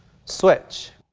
switch.